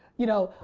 you know,